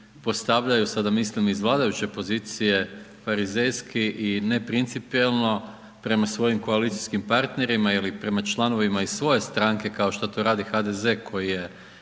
postavljaju, sada mislim iz vladajuće pozicije, farizejski i neprincipijelno prema svojim koalicijskim partnerima ili prema članovima iz svoje stranke kao što to radi HDZ koji je